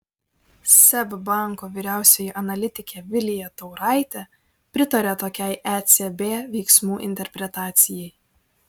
seb banko vyriausioji analitikė vilija tauraitė pritaria tokiai ecb veiksmų interpretacijai